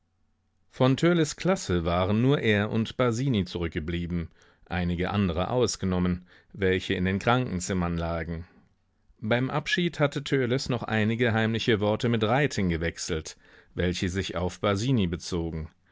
von törleß klasse waren nur er und basini zurückgeblieben einige andere ausgenommen welche in den krankenzimmern lagen beim abschied hatte törleß noch einige heimliche worte mit reiting gewechselt welche sich auf basini bezogen